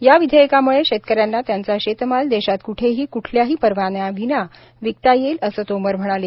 या विधेयकामुळे शेतकऱ्यांना त्यांचा शेतमाल देशात क्ठेही क्ठल्याही परवान्याविना विकता येईल असं तोमर म्हणाले